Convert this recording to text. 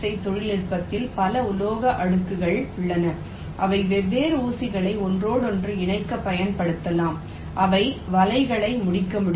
ஐ தொழில்நுட்பத்தில் பல உலோக அடுக்குகள் உள்ளன அவை வெவ்வேறு ஊசிகளை ஒன்றோடொன்று இணைக்கப் பயன்படுத்தப்படலாம் அவை வலைகளை முடிக்க வேண்டும்